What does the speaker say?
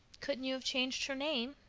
couldn't you have changed her name?